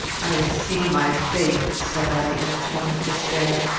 i see my fate, said i, in a tone of despair.